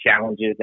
challenges